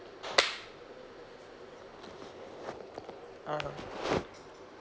(uh huh)